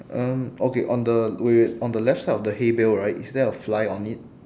um okay on the wait wait wait on the left side of the hay bale right is there a fly on it